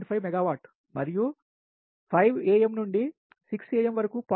5 megawatt మరియు 5 amనుండి 6 am వరకు 0